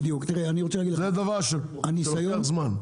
זה דבר שלוקח זמן.